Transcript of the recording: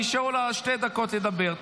נשארו לה עוד שתי דקות לדבר.